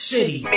City